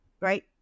right